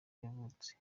yavutse